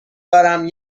دارم